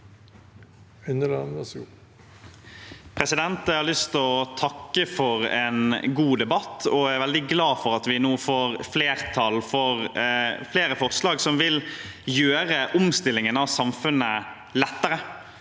lyst til å takke for en god debatt. Jeg er veldig glad for at vi nå får flertall for flere forslag som vil gjøre omstillingen av samfunnet lettere,